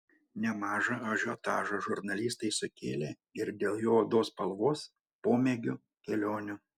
nemažą ažiotažą žurnalistai sukėlė ir dėl jo odos spalvos pomėgių kelionių